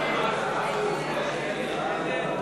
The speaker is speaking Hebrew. הצעת סיעות מרצ,